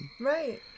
right